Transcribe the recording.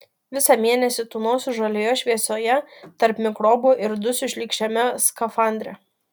visą mėnesį tūnosiu žalioje šviesoje tarp mikrobų ir dusiu šlykščiame skafandre